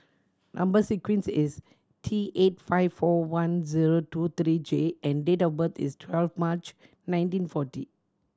number sequence is T eight five four one zero two three J and date of birth is twelve March nineteen forty